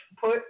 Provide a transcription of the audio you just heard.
put